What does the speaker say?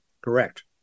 Correct